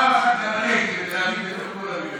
אז פעם אחת גם אני הייתי בתל אביב בתוך כל המילואים.